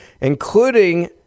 including